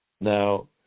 Now